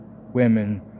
women